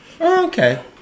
Okay